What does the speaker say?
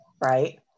right